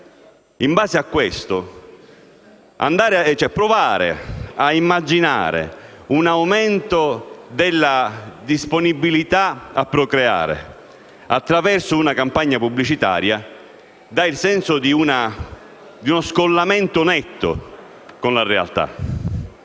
conto di ciò, provare a immaginare un aumento della disponibilità a procreare attraverso una campagna pubblicitaria dà il senso di uno scollamento netto con la realtà.